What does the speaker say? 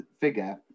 figure